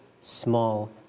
small